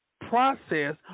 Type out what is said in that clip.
process